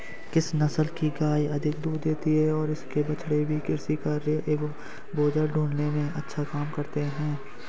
किस नस्ल की गायें अधिक दूध देती हैं और इनके बछड़े भी कृषि कार्यों एवं बोझा ढोने में अच्छा काम करते हैं?